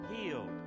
healed